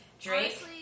Drake